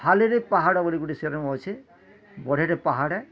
ଭାଲିରେ ପାହାଡ଼ ବୋଲି ଗୋଟେ ସେରମ୍ ଅଛେ ବଡ଼ିରେ ପାହାଡ଼େ